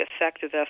effective